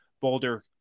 Boulder